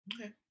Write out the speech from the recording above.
Okay